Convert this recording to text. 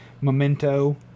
memento